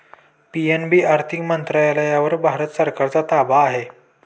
PNB आर्थिक मंत्रालयावर भारत सरकारचा ताबा आहे